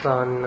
on